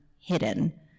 hidden